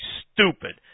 stupid